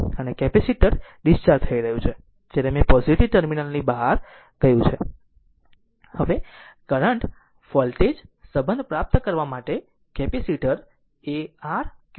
અને capacitor discharge થઈ રહ્યું છે ત્યારે મેં પોઝીટીવ ટર્મિનલ ની બહાર છે હવે કરંટ વોલ્ટેજ સંબંધ પ્રાપ્ત કરવા માટે કેપેસિટર એ r